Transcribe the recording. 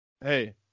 Hey